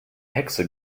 hexe